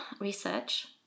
research